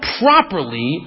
properly